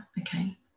okay